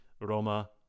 Roma